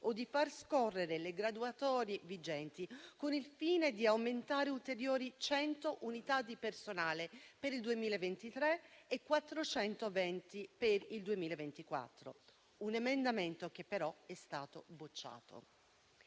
o di far scorrere le graduatorie vigenti, con il fine di aumentare ulteriori 100 unità di personale per il 2023 e 420 per il 2024. Un emendamento che però è stato bocciato.